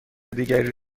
دیگری